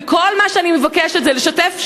וכל מה שאני מבקשת זה לשתף,